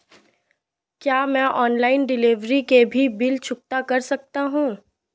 क्या मैं online delivery के भी बिल चुकता कर सकता हूँ?